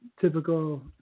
Typical